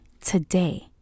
today